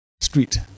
street